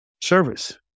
service